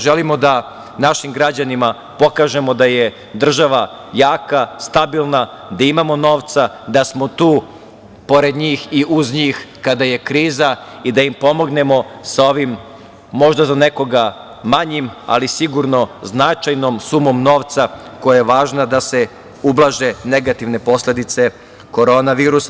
Želimo da našim građanima pokažemo da je država jaka, stabilna, da imamo novca, da smo tu pored njih i uz njih kada je kriza i da im pomognemo sa ovom, možda za nekoga manjom, ali sigurno značajnom sumom novca koja je važna da se ublaže negativne posledice korona virusa.